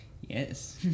Yes